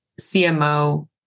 CMO